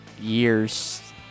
years